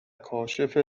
کاشف